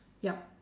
yup